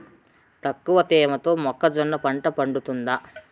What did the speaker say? తక్కువ తేమతో మొక్కజొన్న పంట పండుతుందా?